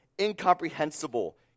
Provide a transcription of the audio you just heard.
incomprehensible